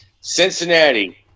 Cincinnati